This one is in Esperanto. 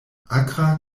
akra